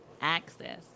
Access